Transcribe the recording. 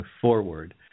forward